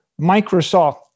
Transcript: Microsoft